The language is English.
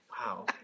Wow